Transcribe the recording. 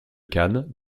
cannes